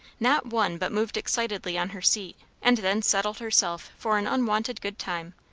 not one but moved excitedly on her seat, and then settled herself for an unwonted good time.